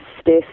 stiff